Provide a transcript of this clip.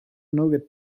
nougat